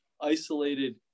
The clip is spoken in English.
isolated